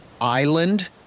island